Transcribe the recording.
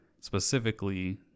Specifically